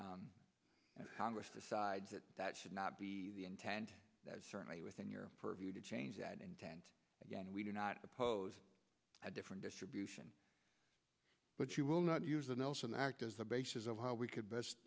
with the sides that that should not be the intent that certainly within your purview to change that intent again we do not oppose a different distribution but you will not use the nelson act as the basis of how we could best